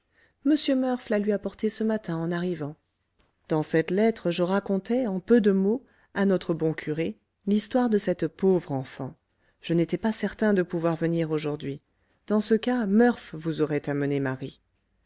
m murph la lui a portée ce matin en arrivant dans cette lettre je racontais en peu de mots à notre bon curé l'histoire de cette pauvre enfant je n'étais pas certain de pouvoir venir aujourd'hui dans ce cas murph vous aurait amené marie